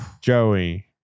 Joey